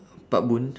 pak bun